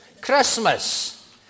Christmas